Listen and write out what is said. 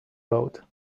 road